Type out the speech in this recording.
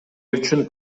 үчүн